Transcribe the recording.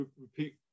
repeat